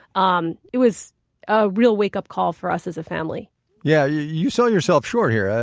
um it was a real wake-up call for us as a family yeah, you sell yourself short here.